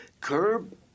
curb